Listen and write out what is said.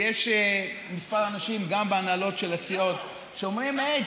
ויש כמה אנשים גם בהנהלות של הסיעות שאומרים: הי,